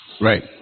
right